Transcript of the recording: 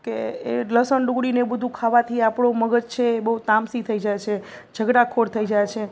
કે એ લસણ ડુંગળી ને એવું બધું ખાવાથી આપણું મગજ છે એ બહુ તામસી થઈ જાય છે ઝઘડાખોર થઈ જાય છે